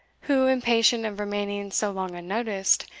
who, impatient of remaining so long unnoticed,